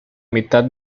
mitad